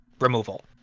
removal